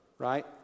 Right